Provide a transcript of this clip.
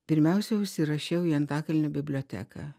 pirmiausia užsirašiau į antakalnio biblioteką